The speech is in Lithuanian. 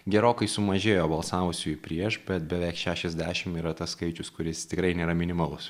gerokai sumažėjo balsavusiųjų prieš bet beveik šešiasdešim yra tas skaičius kuris tikrai nėra minimalus